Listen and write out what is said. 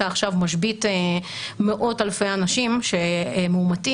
עכשיו משבית מאות אלפי אנשים שמאומתים,